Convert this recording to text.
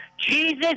Jesus